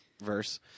Verse